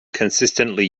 consistently